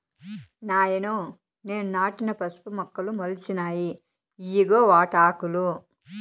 నాయనో నేను నాటిన పసుపు మొక్కలు మొలిచినాయి ఇయ్యిగో వాటాకులు